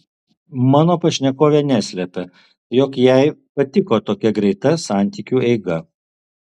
mano pašnekovė neslepia jog jai patiko tokia greita santykiu eiga